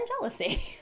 jealousy